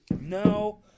No